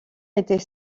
était